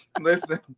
listen